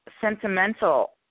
sentimental